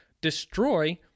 destroy